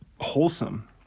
wholesome